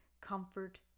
comfort